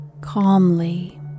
calmly